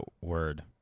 word